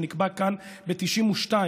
שנקבע כאן ב-1992,